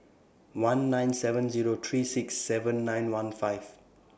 one nine seven Zero three six seven nine one five